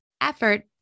effort